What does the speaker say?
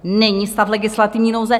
Není stav legislativní nouze.